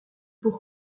pour